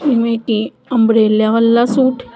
ਜਿਵੇਂ ਕਿ ਅੰਬਰੇਲਿਆ ਵਾਲਾ ਸੂਟ